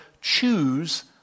choose